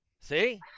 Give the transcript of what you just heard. See